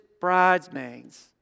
bridesmaids